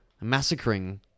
massacring